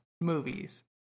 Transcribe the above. movies